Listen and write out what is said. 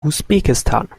usbekistan